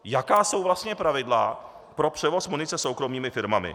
Jaká jsou vlastně pravidla pro převoz munice soukromými firmami?